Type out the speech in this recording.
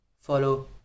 Follow